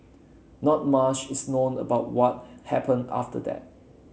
not mush is known about what happened after that